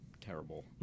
terrible